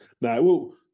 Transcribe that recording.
No